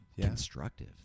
constructive